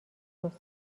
توصیف